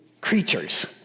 creatures